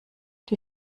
die